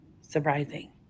Surprising